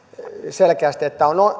selkeästi että on